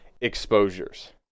exposures